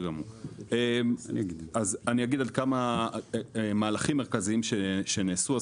אז אני אגיד על כמה מהלכים מרכזיים שנעשו: